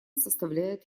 составляет